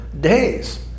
days